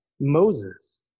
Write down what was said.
Moses